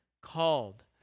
called